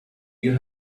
you